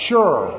Sure